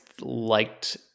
liked